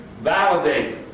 validate